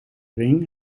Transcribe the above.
ring